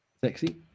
Sexy